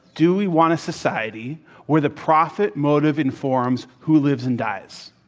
do we want a society where the profit motive informs who lives and dies?